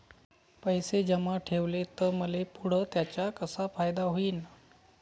पैसे जमा ठेवले त मले पुढं त्याचा कसा फायदा होईन?